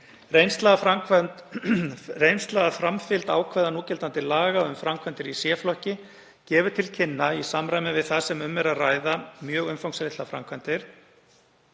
Reynsla af framfylgd ákvæða núgildandi laga um framkvæmdir í C-flokki gefur til kynna, í samræmi við það að um er að ræða mjög umfangslitlar framkvæmdir,